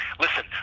listen